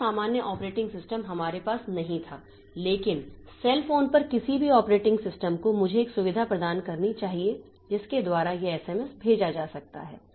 इतना सामान्य operating system हमारे पास नहीं था लेकिन सेल फोन पर किसी भी ऑपरेटिंग सिस्टम को मुझे एक सुविधा प्रदान करनी चाहिए जिसके द्वारा यह एसएमएस भेजा जा सकता है